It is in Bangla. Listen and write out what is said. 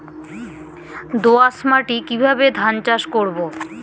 দোয়াস মাটি কিভাবে ধান চাষ করব?